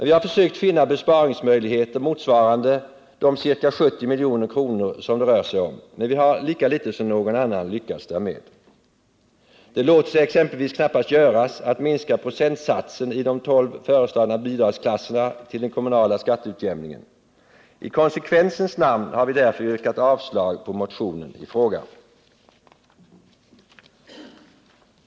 Vi har försökt finna besparingsmöjligheter motsvarande de ca 70 milj.kr. som det rör sig om, men vi har lika litet som någon annan lyckats därmed. Det låter sig exempelvis knappast göras att minska procentsatsen i de tolv föreslagna bidragsklasserna till den kommunala skatteutjämningen. I konsekvensens namn har vi därför yrkat avslag på motionen i fråga.